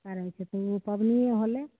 करै छै ओहो पबनिए होलै